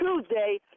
Tuesday